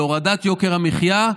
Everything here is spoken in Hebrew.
להורדת יוקר המחיה,